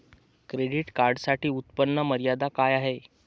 Credit कार्डसाठी उत्त्पन्न मर्यादा काय आहे?